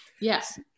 yes